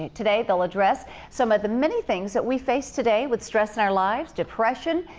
today they'll address some of the many things that we face today with stress in our lives. depression,